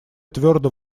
твердо